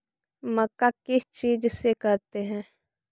मक्का किस चीज से करते हैं?